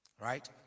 Right